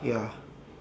ya